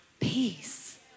peace